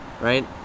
Right